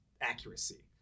accuracy